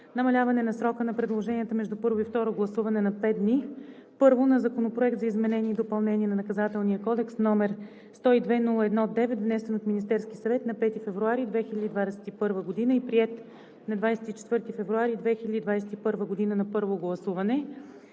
намаляване на срока на предложенията между първо и второ гласуване на пет дни, първо, на Законопроект за изменение и допълнение на Наказателния кодекс, № 102-01-9, внесен от Министерския съвет на 5 февруари 2021 г., приет на 24 февруари 2021 г. на първо гласуване;